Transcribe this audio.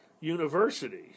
University